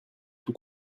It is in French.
tout